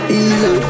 easy